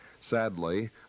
sadly